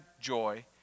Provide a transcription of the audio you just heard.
joy